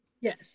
Yes